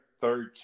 third